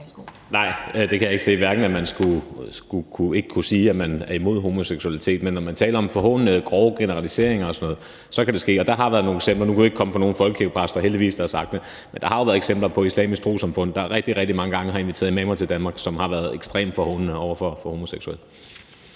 Nej, jeg kan ikke se, at man ikke skulle kunne sige, at man er imod homoseksualitet. Men når man taler om forhånende og grove generaliseringer og sådan noget, så kan det ske. Og der har været nogle eksempler. Nu kan jeg heldigvis ikke komme på nogen folkekirkepræster, der har sagt det, men der har jo været eksempler på det i forhold til Dansk Islamisk Trossamfund, der rigtig, rigtig mange gange har inviteret imamer til Danmark, som har været ekstremt forhånende over for homoseksuelle.